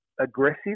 aggressive